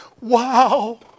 wow